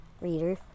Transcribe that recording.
reader